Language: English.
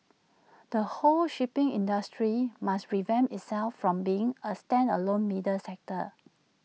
the whole shipping industry must revamp itself from being A standalone middle sector